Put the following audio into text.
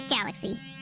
galaxy